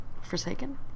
Forsaken